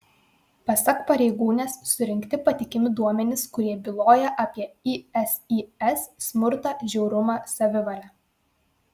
pasak pareigūnės surinkti patikimi duomenys kurie byloja apie isis smurtą žiaurumą savivalę